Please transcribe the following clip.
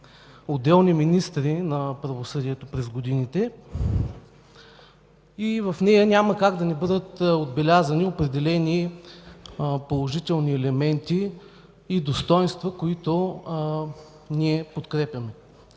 отделни министри на правосъдието през годините. В нея няма как да не бъдат отбелязани определени положителни елементи и достойнства, които ние подкрепяме.